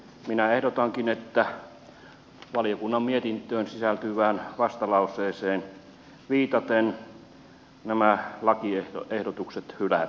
minä ehdotankin että valiokunnan mietintöön sisältyvään vastalauseeseen viitaten nämä lakiehdotukset hylätään